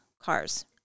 cars